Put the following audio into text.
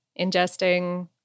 ingesting